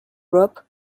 rope